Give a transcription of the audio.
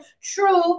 true